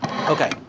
Okay